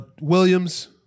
williams